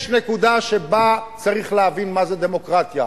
יש נקודה שבה צריך להבין מה זאת דמוקרטיה,